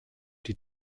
die